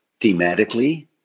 thematically